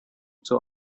two